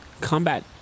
combat